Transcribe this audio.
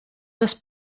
les